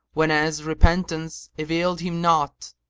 whenas repentance availed him naught,